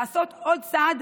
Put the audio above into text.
לעשות עוד צעד